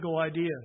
ideas